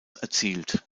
erzielt